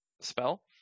spell